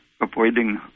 avoiding